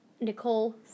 Nicole